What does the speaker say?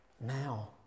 now